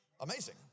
amazing